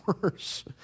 worse